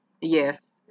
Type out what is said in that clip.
Yes